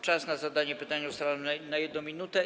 Czas na zadanie pytania ustalam na 1 minutę.